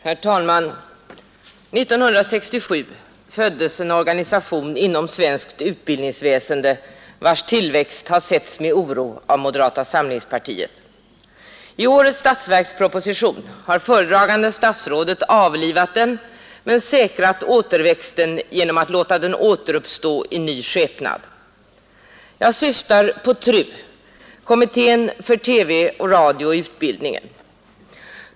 Herr talman! År 1967 föddes en organisation inom svenskt utbildningsväsende vars tillväxt har setts med oro av moderata samlingspartiet. I årets statsverksproposition har föredragande statsrådet avlivat den men säkrat återväxten genom att låta den återuppstå i ny skepnad. Jag syftar på TRU, kommittén för TV och radio i utbildningen.